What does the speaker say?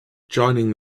joining